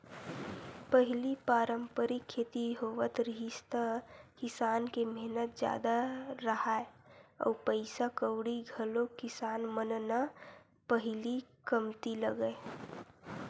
पहिली पारंपरिक खेती होवत रिहिस त किसान के मेहनत जादा राहय अउ पइसा कउड़ी घलोक किसान मन न पहिली कमती लगय